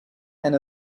and